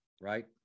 Right